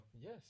yes